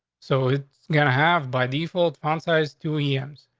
so it's gonna have by default font size to e ems.